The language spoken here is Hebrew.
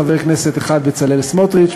חבר כנסת אחד: בצלאל סמוטריץ,